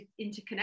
interconnect